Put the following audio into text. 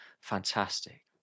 fantastic